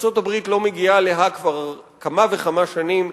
ארצות-הברית לא מגיעה להאג כבר כמה וכמה שנים,